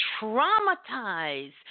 traumatized